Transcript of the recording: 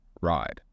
ride